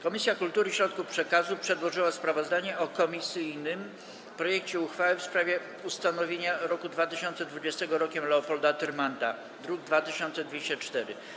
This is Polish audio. Komisja Kultury i Środków Przekazu przedłożyła sprawozdanie o komisyjnym projekcie uchwały w sprawie ustanowienia roku 2020 Rokiem Leopolda Tyrmanda, druk nr 2204.